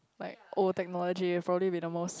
like oh technology probably be the most